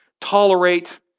tolerate